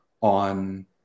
on